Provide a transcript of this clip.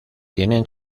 tienen